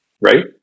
Right